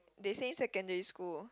they same secondary school